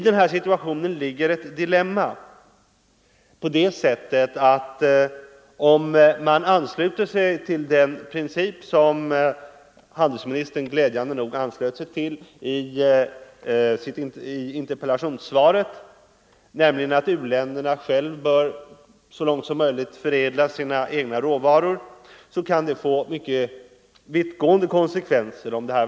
Däri ligger ett dilemma på det sättet att om man ansluter sig till den princip som handelsministern glädjande nog anslöt sig till i interpellationssvaret, nämligen att u-länderna själva så långt som möjligt bör förädla sina egna råvaror, kan det få mycket vittgående konsekvenser.